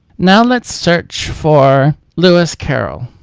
now let's search for lewis carroll